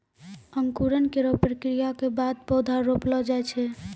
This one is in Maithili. अंकुरन केरो प्रक्रिया क बाद पौधा रोपलो जाय छै